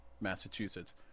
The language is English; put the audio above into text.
Massachusetts